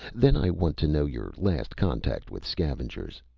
then i want to know your last contact with scavengers.